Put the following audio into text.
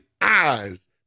eyes